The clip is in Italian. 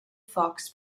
fox